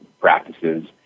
practices